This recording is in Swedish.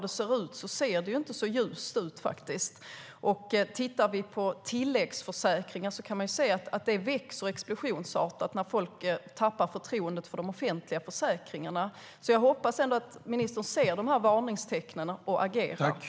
Det ser inte så ljust ut. Tilläggsförsäkringarna ökar explosionsartat när folk tappar förtroendet för de offentliga försäkringarna. Jag hoppas att ministern ser de här varningstecknen och agerar.